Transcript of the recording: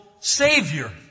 savior